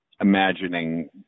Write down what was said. imagining